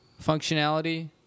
functionality